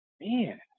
Man